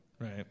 right